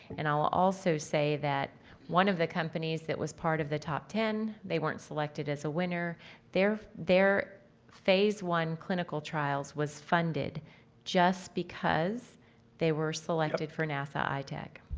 and i'll also say that one of the companies that was part of the top ten, they weren't selected as a winner their, their phase one clinical trials were funded just because they were selected for nasa itech.